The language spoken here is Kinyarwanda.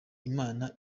imana